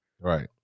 Right